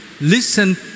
Listen